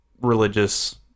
religious